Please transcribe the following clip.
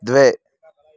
द्वे